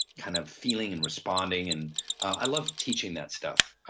kind of feeling and responding. and i love teaching that stuff.